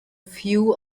few